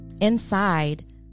Inside